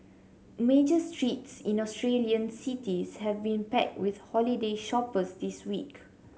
major streets in Australian cities have been packed with holiday shoppers this week